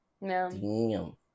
no